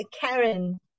Karen